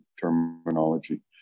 terminology